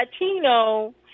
Latino